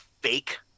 fake